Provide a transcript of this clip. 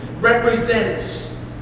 represents